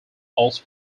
also